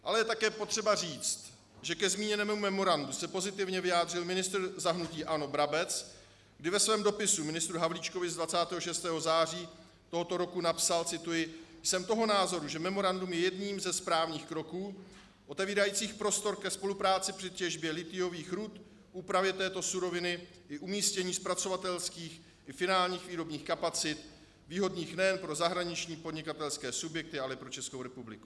Ale je také potřeba říct, že ke zmíněnému memorandu se pozitivně vyjádřil ministr za hnutí ANO Brabec, kdy ve svém dopisu ministru Havlíčkovi z 26. září tohoto roku napsal cituji: Jsem toho názoru, že memorandum je jedním ze správných kroků otevírajících prostor ke spolupráci při těžbě lithiových rud, úpravě této suroviny i umístění zpracovatelských i finálních výrobních kapacit výhodných nejen pro zahraniční podnikatelské subjekty, ale i pro Českou republiku.